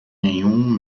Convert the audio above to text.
nenhum